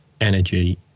energy